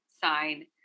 sign